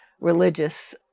religious